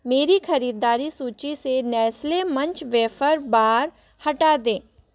मेरी ख़रीदारी सूची से नेस्ले मंच वेफ़र बार हटा दें